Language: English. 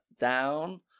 down